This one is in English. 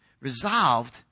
resolved